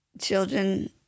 children